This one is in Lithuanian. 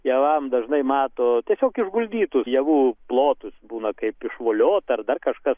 javams dažnai mato tiesiog išguldytų javų plotus būna kaip išvoliota ar dar kažkas